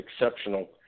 exceptional